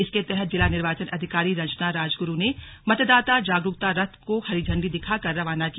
इसके तहत जिला निर्वाचन अधिकारी रंजना राजगुरू ने मतदाता जागरूकता रथ को हरी झण्डी दिखाकर रवाना किया